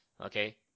Okay